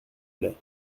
plait